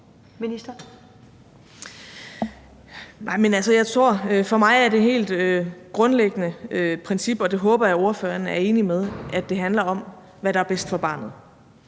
For mig er det et helt grundlæggende princip, og det håber jeg ordføreren er enig i, at det handler om, hvad der er bedst for barnet.